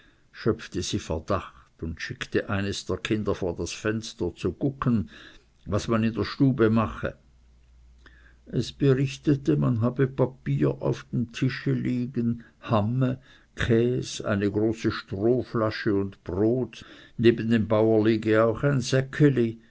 schöpfte sie verdacht und schickte eines der kinder vor das fenster zu guggen was man in der stube mache es berichtete man habe papier auf dem tische liegen hamme käs eine große strohflasche und brot neben dem bauer liege auch ein